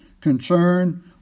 concern